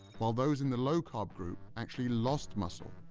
while those in the low-carb group actually lost muscle.